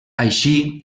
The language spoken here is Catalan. així